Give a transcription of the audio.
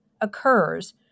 occurs